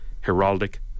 Heraldic